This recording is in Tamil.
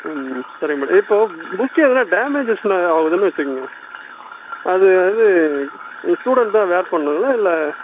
ம் சரி மேடம் இப்போது புக் எதனால் டேமேஜஸ்லாம் ஆகுதுன்னு வச்சிக்கொங்க அது வந்து ஸ்டுடென்ட் தான் வேர் பண்ணுங்களா இல்லை